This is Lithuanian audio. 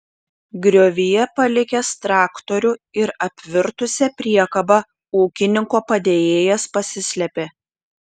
griovyje palikęs traktorių ir apvirtusią priekabą ūkininko padėjėjas pasislėpė